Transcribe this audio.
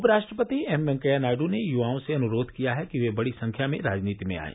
उपराष्ट्रपति एम वैंकैया नायडू ने युवाओं से अनुरोध किया है कि वे बड़ी संख्या में राजनीति में आयें